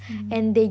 mm